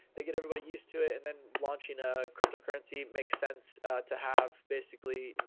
they get everybody used to it. and then launching ah cryptocurrency makes sense to have basically,